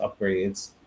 upgrades